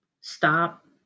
stop